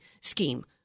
scheme